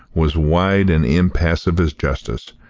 was wide and impassive as justice,